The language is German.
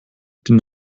den